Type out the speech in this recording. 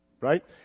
Right